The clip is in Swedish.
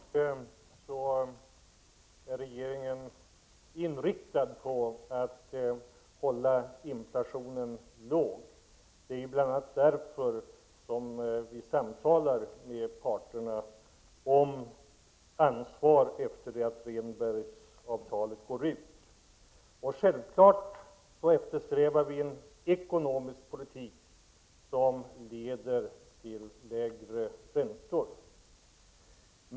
Herr talman! Självklart är regeringen inriktad på att hålla inflationen låg. Det är bl.a. därför som vi samtalar med parterna om ett ansvarstagande efter det att Rehnbergsavtalet löper ut. Självklart eftersträvar vi också en ekonomisk politik som leder till lägre räntor.